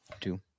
Two